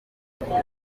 kubana